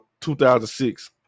2006